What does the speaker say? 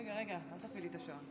רגע, רגע, אל תפעיל לי את השעון,